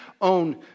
own